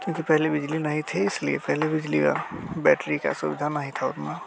क्योंकि पहले बिजली नहीं थी इसलिए पहले बिजली की बैटरी की सुविधा नहीं था उतना